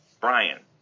Brian